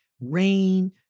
Rain